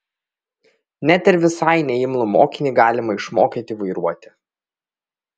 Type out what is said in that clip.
net ir visai neimlų mokinį galima išmokyti vairuoti